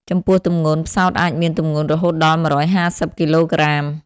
ចំពោះទម្ងន់ ផ្សោតអាចមានទម្ងន់រហូតដល់ ១៥០ គីឡូក្រាម។